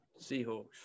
Seahawks